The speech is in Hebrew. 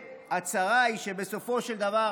הצרה היא שבסופו של דבר,